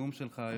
בנאום שלך היום,